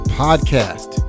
podcast